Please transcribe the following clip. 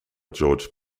george